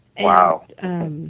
Wow